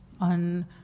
on